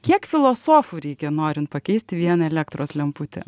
kiek filosofų reikia norint pakeisti vieną elektros lemputę